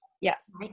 Yes